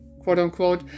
quote-unquote